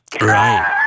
Right